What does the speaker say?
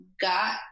got